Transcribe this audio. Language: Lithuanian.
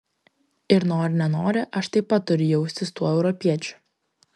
ir nori nenori aš taip pat turiu jaustis tuo europiečiu